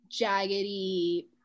jaggedy